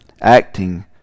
Acting